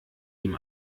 ihm